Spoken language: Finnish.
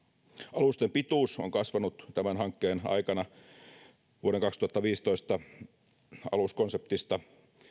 alusten pituus on kasvanut tämän hankkeen aikana vuoden kaksituhattaviisitoista aluskonseptista